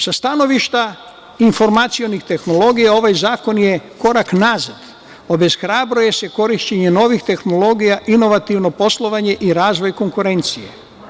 Sa stanovišta informacionih tehnologija, ovaj zakon je korak nazad, obeshrabruje se korišćenje novih tehnologija, inovativno poslovanje i razvoj konkurencije.